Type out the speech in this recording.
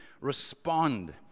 respond